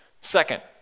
Second